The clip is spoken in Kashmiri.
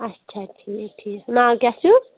اچھا ٹھیٖک ٹھیٖک ناو کیٛاہ چھُ